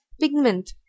pigment